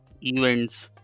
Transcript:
events